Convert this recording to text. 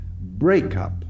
breakup